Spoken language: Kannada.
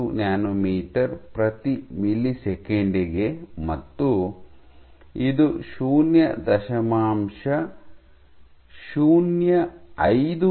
5 ನ್ಯಾನೊಮೀಟರ್ ಪ್ರತಿ ಮಿಲಿಸೆಕೆಂಡಿಗೆ ಮತ್ತು ಇದು ಶೂನ್ಯ ದಶಮಾಂಶ ಶೂನ್ಯ ಐದು 0